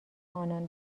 آنان